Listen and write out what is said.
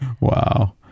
Wow